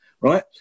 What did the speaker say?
right